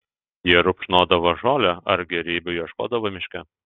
jie rupšnodavo žolę ar gėrybių ieškodavo miške